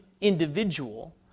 individual